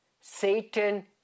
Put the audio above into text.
Satan